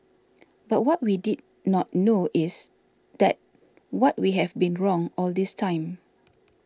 but what we did not know is that what we have been wrong all this time